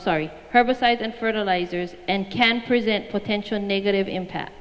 sorry herbicides and fertilisers and can present potential negative impact